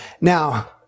Now